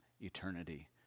eternity